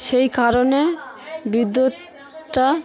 সেই কারণে বিদ্যুৎটা